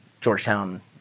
Georgetown